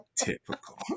Typical